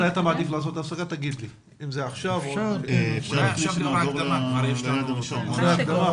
זה סקר שאנחנו מבצעים במדגם מייצג של הורים גם באוכלוסייה היהודית